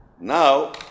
Now